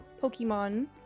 pokemon